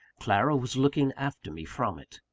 clara was looking after me from it.